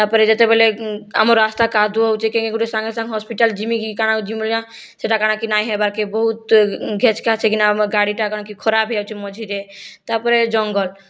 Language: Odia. ତା'ପରେ ଯେତେବେଲେ ଆମ ରାସ୍ତା କାଦୁଅ ହଉଛେ କେହି ଗୋଟେ ସାଙ୍ଗେ ସାଙ୍ଗ ହସ୍ପିଟାଲ ଯିମିକି କାଣା ଆଉ ଯିମି ଭଳିଆ ସେଟା କାଣା'କି ନାଇଁ ହବାକେ ବହୁତ ଘେଜ୍ ଘାଜ ହେଇକିନା ଆମ ଗାଡ଼ିଟା କାଣା'କି ଖରାପ ହେଇଯାଉଛେ ମଝିରେ ତା'ପରେ ଜଙ୍ଗଲ